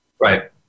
Right